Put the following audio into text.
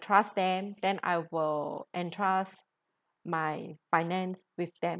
trust them then I will entrust my finance with them